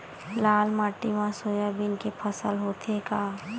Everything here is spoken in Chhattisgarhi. लाल माटी मा सोयाबीन के फसल होथे का?